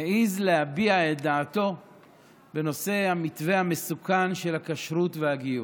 העז להביע את דעתו בנושא המתווה המסוכן של הכשרות והגיור.